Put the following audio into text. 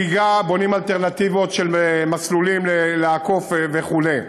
בונים אלטרנטיבות של מסלולים לעקוף וכו'.